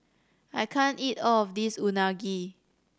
I can't eat all of this Unagi